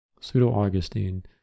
Pseudo-Augustine